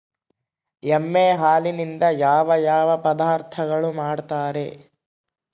ಎಮ್ಮೆ ಹಾಲಿನಿಂದ ಯಾವ ಯಾವ ಪದಾರ್ಥಗಳು ಮಾಡ್ತಾರೆ?